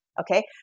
okay